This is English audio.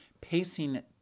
pacing